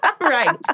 Right